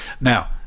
Now